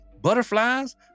butterflies